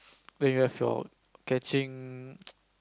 when you have your catching